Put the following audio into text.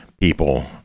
people